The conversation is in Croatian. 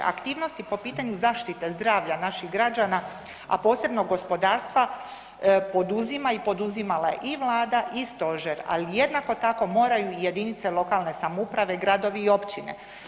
Aktivnosti po pitanju zaštite zdravlja naših građana, a posebno gospodarstva poduzima i poduzimala je i Vlada i stožer, ali jednako tako moraju i jedinice lokalne samouprave, gradovi i općine.